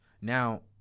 Now